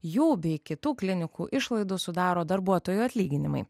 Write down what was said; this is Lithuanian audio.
jų bei kitų klinikų išlaidų sudaro darbuotojų atlyginimai